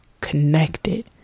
connected